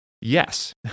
Yes